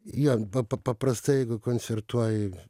jo pa pa paprastai jeigu koncertuoji